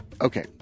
okay